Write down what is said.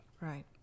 Right